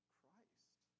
Christ